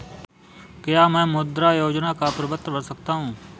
क्या मैं मुद्रा योजना का प्रपत्र भर सकता हूँ?